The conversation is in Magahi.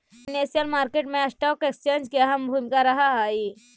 फाइनेंशियल मार्केट मैं स्टॉक एक्सचेंज के अहम भूमिका रहऽ हइ